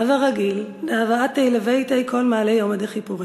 הוה רגיל דהוה אתי לביתיה כל מעלי יומא דכיפורי.